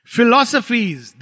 Philosophies